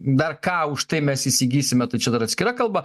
dar ką už tai mes įsigysime tai čia dar atskira kalba